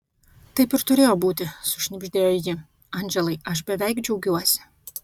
taip ir turėjo būti sušnibždėjo ji andželai aš beveik džiaugiuosi